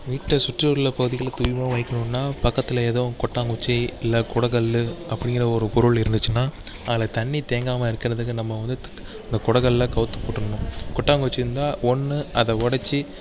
வீட்டை சுற்றியுள்ள பகுதிகளை தூய்மையாக வைக்கணுன்னா பக்கத்தில் எதுவும் கொட்டாங்குச்சி இல்லை கொடக்கல் அப்படிங்குற ஒரு பொருள் இருந்துச்சுன்னால் அதில் தண்ணி தேங்காமல் இருக்கிறதுக்கு நம்ம வந்து இந்த கொடக்கல்லில் கவுத்து போட்டுறணும் கொட்டாங்குச்சி இருந்தால் ஒன்று அதை உடச்சி